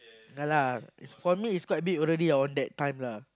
yea lah for me it's quite big already around that time lah